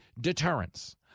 deterrence